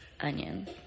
onion